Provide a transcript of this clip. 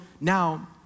now